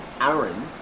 Aaron